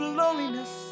loneliness